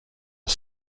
are